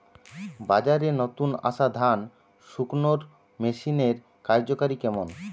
বাজারে নতুন আসা ধান শুকনোর মেশিনের কার্যকারিতা কেমন?